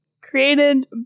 created